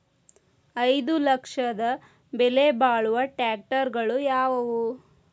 ಐದು ಲಕ್ಷದ ಬೆಲೆ ಬಾಳುವ ಟ್ರ್ಯಾಕ್ಟರಗಳು ಯಾವವು?